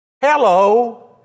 Hello